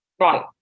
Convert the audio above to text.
right